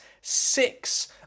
six